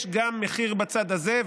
יש גם מחיר בצד הזה.